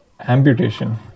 Amputation